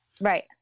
Right